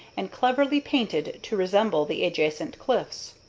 and cleverly painted to resemble the adjacent cliffs.